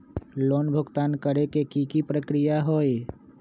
Loan भुगतान करे के की की प्रक्रिया होई?